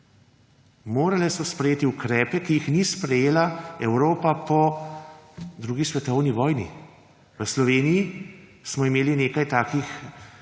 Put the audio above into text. Morale so sprejeti ukrepe, ki jih ni sprejela Evropa po drugi svetovni vojni. V Sloveniji smo jih imeli nekaj tisti